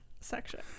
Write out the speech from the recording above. section